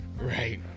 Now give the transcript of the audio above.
Right